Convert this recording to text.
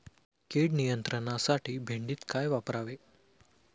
कीड नियंत्रणासाठी भेंडीत काय वापरावे?